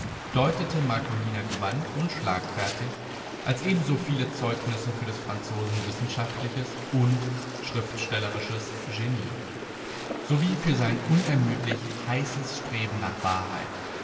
deutete marcolina gewandt und schlagfertig als ebenso viele zeugnisse für des franzosen wissenschaftliches und schriftstellerisches genie sowie für sein unermüdlich heißes streben nach wahrheit